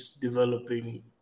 developing